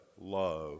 love